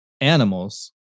animals